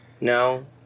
No